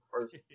first